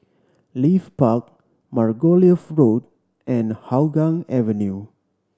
Leith Park Margoliouth Road and Hougang Avenue